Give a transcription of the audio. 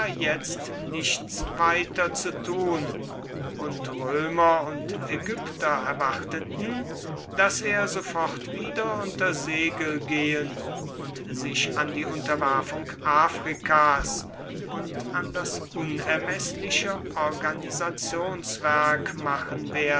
jetzt nichts weiter zu tun und römer und ägypter erwarteten daß er sofort wieder unter segel gehen und sich an die unterwerfung afrikas und an das unermeßliche organisationswerk machen werde